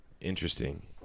Interesting